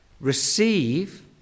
receive